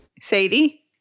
Sadie